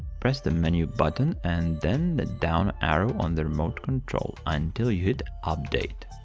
press the menu button and then the down arrow on the remote control until you hit update.